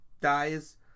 dies